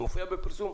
זה מופיע בפרסום?